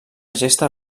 gesta